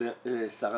בעצם